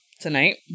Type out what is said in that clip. tonight